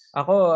ako